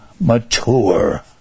mature